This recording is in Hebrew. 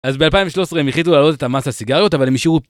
אז ב-2013 הם החליטו לעלות את המס הסיגריות, אבל הם השאירו...